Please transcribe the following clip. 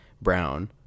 brown